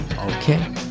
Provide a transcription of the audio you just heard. Okay